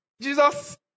Jesus